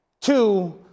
Two